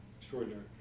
extraordinary